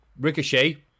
Ricochet